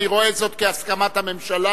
ואני רואה זאת כהסכמת הממשלה.